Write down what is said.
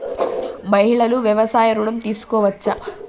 మహిళలు వ్యవసాయ ఋణం తీసుకోవచ్చా?